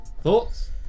thoughts